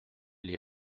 les